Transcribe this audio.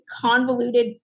convoluted